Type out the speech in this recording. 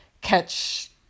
catch